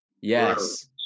yes